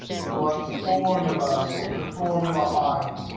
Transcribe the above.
and go up to formulas, over to formula auditing.